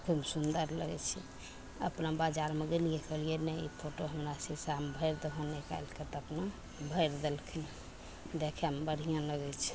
खूब सुन्दर लागै छै अपना बजारमे गेलिए कहलिए ने ई फोटो हमरा शीशामे भरि दहऽ तऽ निकालिके अपना भरि देलखिन देखैमे बढ़िआँ लागै छै